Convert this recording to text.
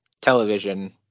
television